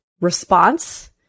response